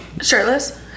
shirtless